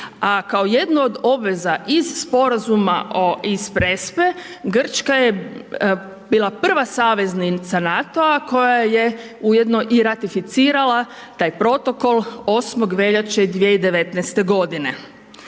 a kao jednu od obveza iz sporazuma iz Prespe, Grčka je bila prva saveznica NATO-a koja je ujedno i ratificirala taj protokol 8. veljače 2019. godine.